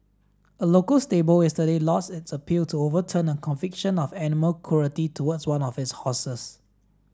a local stable yesterday lost its appeal to overturn a conviction of animal cruelty towards one of its horses